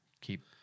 Keep